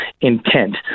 intent